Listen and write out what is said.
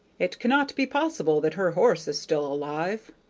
it cannot be possible that her horse is still alive!